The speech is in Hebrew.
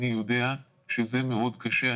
אני יודע שזה מאוד קשה.